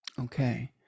Okay